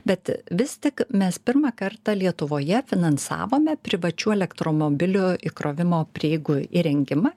bet vis tik mes pirmą kartą lietuvoje finansavome privačių elektromobilių įkrovimo prieigų įrengimą